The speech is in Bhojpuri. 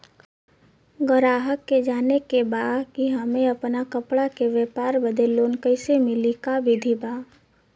गराहक के जाने के बा कि हमे अपना कपड़ा के व्यापार बदे लोन कैसे मिली का विधि बा?